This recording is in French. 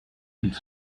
qu’ils